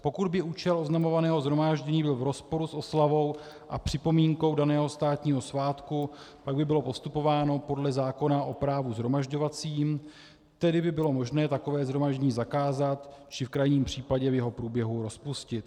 Pokud by účel oznamovaného shromáždění byl v rozporu s oslavou a připomínkou daného státního svátku, pak by bylo postupováno podle zákona o právu shromažďovacím, tedy by bylo možné takové shromáždění zakázat, či v krajním případě v jeho průběhu rozpustit.